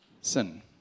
sin